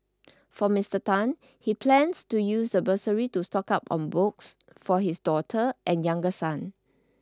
for Mister Tan he plans to use the bursary to stock up on books for his daughter and younger son